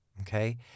okay